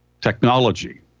technology